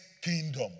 kingdom